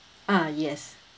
ah yes